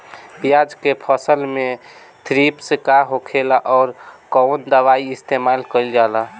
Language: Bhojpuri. प्याज के फसल में थ्रिप्स का होखेला और कउन दवाई इस्तेमाल कईल जाला?